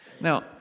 Now